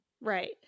Right